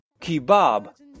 Kebab